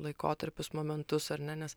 laikotarpius momentus ar ne nes